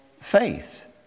faith